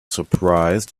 surprised